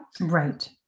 Right